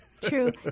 True